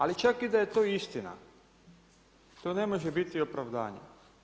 Ali čak i da je to istina, to ne može biti opravdanje.